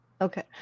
Okay